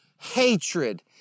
Hatred